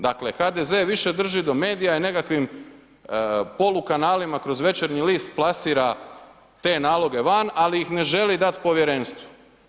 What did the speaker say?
Dakle HDZ više drži do medija i nekakvim polukanalima kroz Večernji list plasira te naloge van ali ih ne želi dati povjerenstvu.